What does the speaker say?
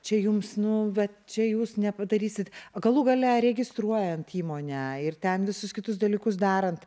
čia jums nu vat čia jūs nepadarysit galų gale registruojant įmonę ir ten visus kitus dalykus darant